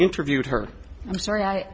interviewed her i'm sorry i